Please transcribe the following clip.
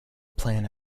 plan